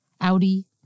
Audi